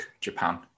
Japan